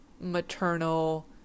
maternal